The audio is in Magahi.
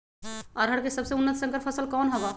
अरहर के सबसे उन्नत संकर फसल कौन हव?